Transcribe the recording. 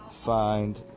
find